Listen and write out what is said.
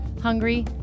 hungry